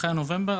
אחרי נובמבר,